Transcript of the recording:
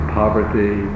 poverty